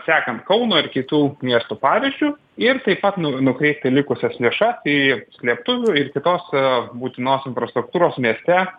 sekant kauno ir kitų miestų pavyzdžiu ir taip pat nu nukreipti likusias lėšas į slėptuvių ir kitos būtinos infrastruktūros mieste